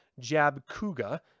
Jabkuga